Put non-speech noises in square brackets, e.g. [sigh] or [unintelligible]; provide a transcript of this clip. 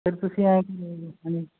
sir ਤੁਸੀਂ [unintelligible]